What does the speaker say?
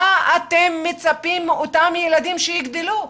מה אתם מצפים מאותם ילדים שיגדלו?